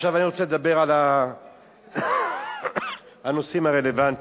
עכשיו אני רוצה לדבר על הנושאים הרלוונטיים.